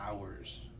hours